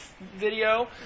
video